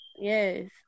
Yes